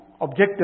objective